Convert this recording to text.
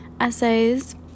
essays